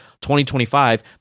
2025